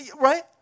right